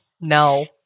no